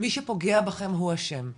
מי שפוגע בכם הוא אשם,